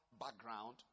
background